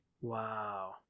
Wow